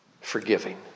forgiving